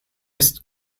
ist